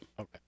Okay